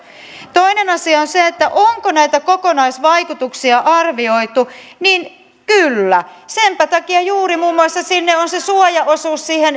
toinen asia on se onko näitä kokonaisvaikutuksia arvioitu kyllä senpä takia sinne on juuri muun muassa se suojaosuus siihen